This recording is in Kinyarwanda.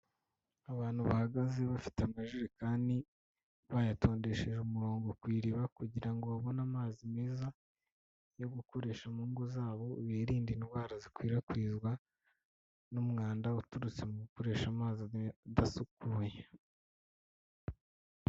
Abantu bahagaze bafite amajerekani, bayatondesheje umurongo ku iriba kugira ngo babone amazi meza yo gukoresha mu ngo zabo, biririnde indwara zikwirakwizwa n'umwanda uturutse mu gukoresha amazi adasukuye.